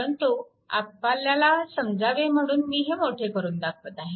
परंतु तुम्हाला समजावे म्हणून मी हे मोठे करून दाखवत आहे